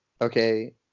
okay